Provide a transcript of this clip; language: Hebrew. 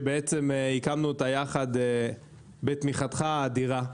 שהקמנו אותה יחד בתמיכתך האדירה,